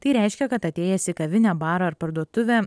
tai reiškia kad atėjęs į kavinę barą ar parduotuvę